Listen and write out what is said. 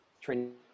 training